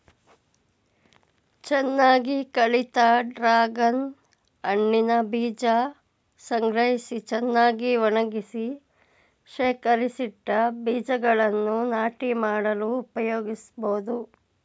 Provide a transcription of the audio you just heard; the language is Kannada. ಚೆನ್ನಾಗಿ ಕಳಿತ ಡ್ರಾಗನ್ ಹಣ್ಣಿನ ಬೀಜ ಸಂಗ್ರಹಿಸಿ ಚೆನ್ನಾಗಿ ಒಣಗಿಸಿ ಶೇಖರಿಸಿಟ್ಟ ಬೀಜಗಳನ್ನು ನಾಟಿ ಮಾಡಲು ಉಪಯೋಗಿಸ್ಬೋದು